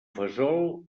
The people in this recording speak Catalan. fesol